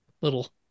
little